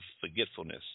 forgetfulness